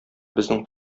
безнең